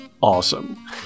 awesome